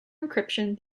encryption